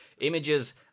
Images